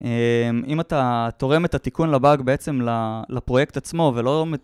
אם אתה תורם את התיקון לבאג בעצם לפרויקט עצמו ולא מתאים...